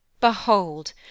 behold